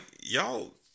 y'all